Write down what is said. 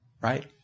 right